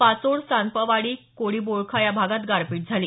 पाचोड सानपवाडी कोडी बोळखा या भागात गारपीट झाली